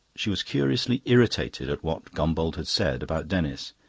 she was curiously irritated at what gombauld had said about denis.